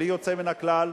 בלי יוצא מן הכלל,